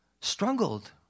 struggled